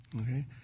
Okay